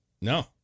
No